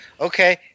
okay